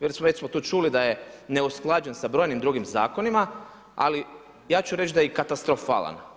Već smo to čuli da je neusklađen sa brojnim drugim zakonima, ali ja ću reći da je i katastrofalan.